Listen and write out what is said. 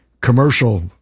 commercial